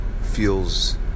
Feels